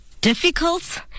difficult